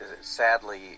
sadly